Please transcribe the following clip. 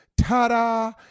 ta-da